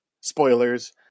spoilers